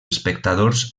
espectadors